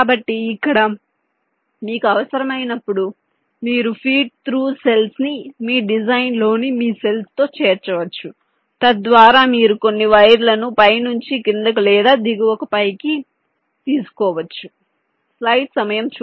కాబట్టి ఇక్కడ మీకు అవసరమైనప్పుడు మీరు ఫీడ్ త్రూ సెల్స్ ని మీ డిజైన్లోని మీ సెల్స్ లో చేర్చవచ్చు తద్వారా మీరు కొన్ని వైర్లను పైనుంచి కిందికి లేదా దిగువకు పైకి తీసుకోవచ్చు